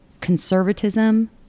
conservatism